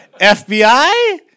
FBI